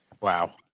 Wow